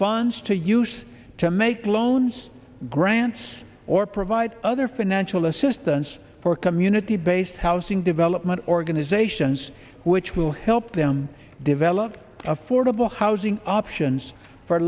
funds to use to make loans grants or provide other financial assistance for community based housing development organizations which will help them develop affordable housing options for